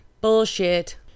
Bullshit